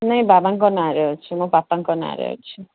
ନାଇ ବାବାଙ୍କ ନାଁରେ ଅଛି ମୋ ବାପାଙ୍କ ନାଁରେ ଅଛି